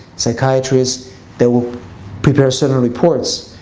psychiatrist that will prepare certain reports.